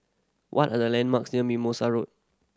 what are the landmarks near Mimosa Road